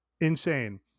insane